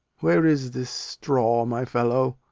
where is this straw, my fellow?